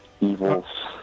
evils